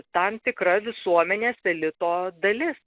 tam tikra visuomenės elito dalis